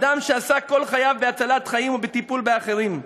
אדם שעסק כל חייו בהצלת חיים ובטיפול באחרים.